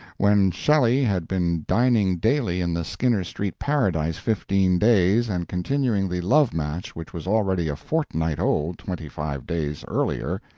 when shelley had been dining daily in the skinner street paradise fifteen days and continuing the love-match which was already a fortnight old twenty-five days earlier,